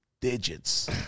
Digits